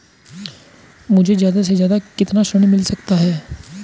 मुझे ज्यादा से ज्यादा कितना ऋण मिल सकता है?